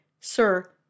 Sir